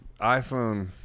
iPhone